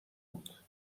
بود